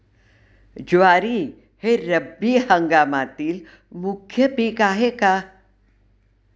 ज्वारी हे रब्बी हंगामातील मुख्य पीक आहे का?